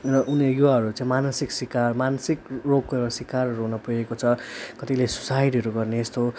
र उनै युवाहरू चाहिँ मानसिक सिकार मानसिक रोगको एउटा सिकारहरू हुनपुगेको छ कतिले सुसाइडहरू गर्ने यस्तो